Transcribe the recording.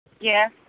Yes